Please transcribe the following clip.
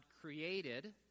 created